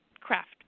craft